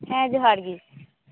ᱦᱮᱸ ᱡᱚᱦᱟᱨ ᱜᱮ